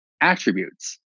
attributes